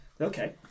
Okay